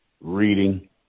reading